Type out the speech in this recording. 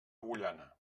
agullana